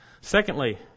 secondly